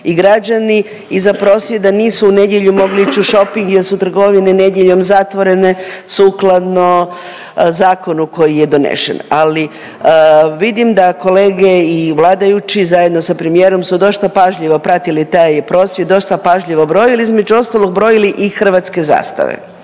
i građani iza prosvjeda nisu u nedjelju mogli ić u šoping jer su trgovine nedjeljom zatvorene sukladno zakonu koji je donesen. Ali vidim da kolege i vladajući zajedno sa premijerom su dosta pažljivo pratili taj prosvjed, dosta pažljivo brojili, između ostalog brojili i hrvatske zastave.